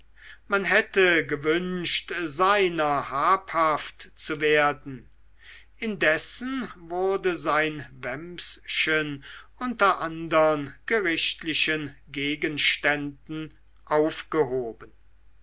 man hätte gewünscht seiner habhaft zu werden indessen wurde sein wämschen unter andern gerichtlichen gegenständen aufgehoben